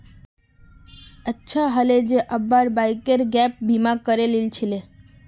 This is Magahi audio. अच्छा हले जे अब्बार बाइकेर गैप बीमा करे लिल छिले